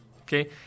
okay